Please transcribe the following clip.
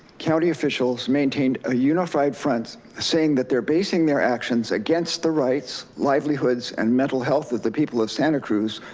county officials maintained a unified front saying that they're basing their actions against the rights, livelihoods and mental health of the people of santa cruz,